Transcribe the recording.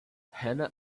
anna